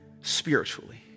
spiritually